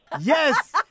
Yes